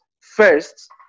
first